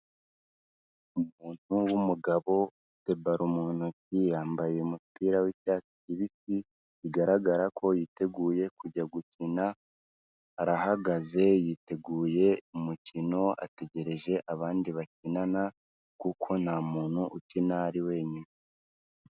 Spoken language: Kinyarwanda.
Umuntu w'umugabo ufite baro mu ntoki yambaye umupira w'icyatsi kibiti bigaragara ko yiteguye kujya gukina, arahagaze, yiteguye umukino, ategereje abandi bakinana kuko nta muntu ukina ari wenyine.